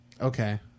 Okay